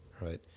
right